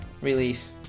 release